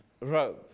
robe